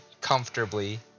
comfortably